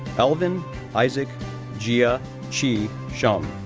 elven isaac jia qi shum,